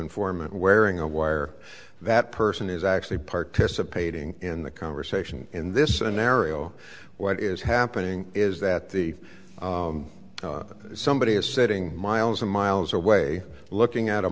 informant wearing a wire that person is actually participating in the conversation in this scenario what is happening is that the somebody is sitting miles and miles away looking at a